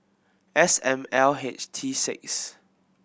S M L H T six